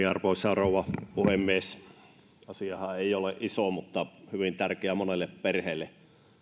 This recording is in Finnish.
rouva puhemies asiahan ei ole iso mutta hyvin tärkeä monelle perheelle